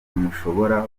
mushobora